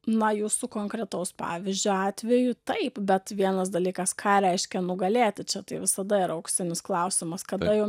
na jūsų konkretaus pavyzdžio atveju taip bet vienas dalykas ką reiškia nugalėti čia tai visada yra auksinis klausimas kada jau